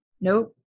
Nope